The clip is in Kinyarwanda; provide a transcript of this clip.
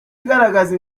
igaragaza